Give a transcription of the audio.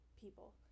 people